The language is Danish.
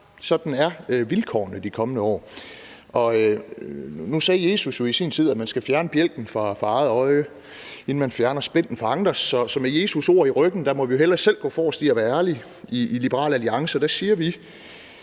Sådan er vilkårene de kommende år. Nu sagde Jesus jo i sin tid, at man skal fjerne bjælken fra eget øje, inden man fjerner splinten fra andres, så med Jesus' ord i ryggen må vi hellere i Liberal Alliance gå forrest med at være ærlige, og der siger vi,